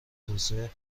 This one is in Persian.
توسعه